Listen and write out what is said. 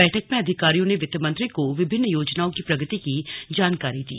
बैठक में अधिकारियों ने वित्त मंत्री को विभिन्न योजनाओं की प्रगति की जानकारी दी